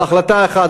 בהחלטה אחת,